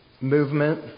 movement